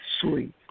Sweet